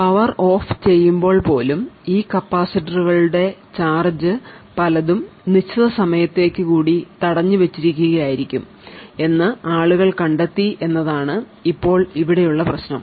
power off ചെയ്യുമ്പോൾ പോലും ഈ കപ്പാസിറ്ററുകളുടെ ചാർജ്ജ് പലതും നിശ്ചിത സമയത്തേക്ക് കൂടി തടഞ്ഞുവച്ചിരിക്കുകയായിരിക്കും എന്ന് ആളുകൾ കണ്ടെത്തി എന്നതാണ് ഇപ്പോൾ ഇവിടെയുള്ള പ്രശ്നം